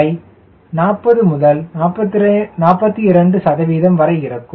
அவை 40 முதல் 42 சதவீதம் வரை இருக்கும்